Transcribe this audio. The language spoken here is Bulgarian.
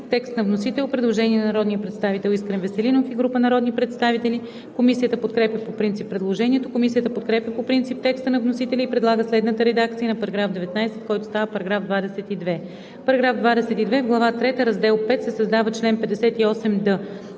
По § 19 има предложение на народния представител Искрен Веселинов и група народни представители. Комисията подкрепя по принцип предложението. Комисията подкрепя по принцип текста на вносителя и предлага следната редакция на § 19, който става § 22: „§ 22. В глава трета, раздел V се създава чл. 58д: